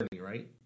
right